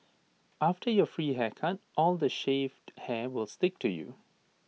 after your free haircut all the shaved hair will stick to you